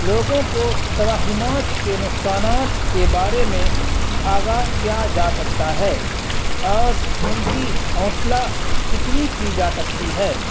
لوگوں کو توہمات کے نقصانات کے بارے میں آگاہ کیا جا سکتا ہے اور ان کی حوصلہ شکنی کی جا سکتی ہے